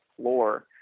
floor